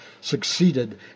succeeded